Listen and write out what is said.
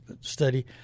study